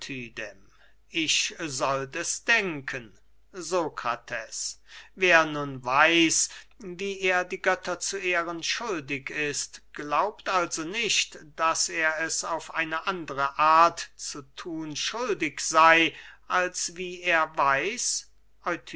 ich sollt es denken sokrates wer nun weiß wie er die götter zu ehren schuldig ist glaubt also nicht daß er es auf eine andere art zu thun schuldig sey als wie er es weiß